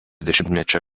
dešimtmečio